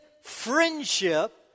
friendship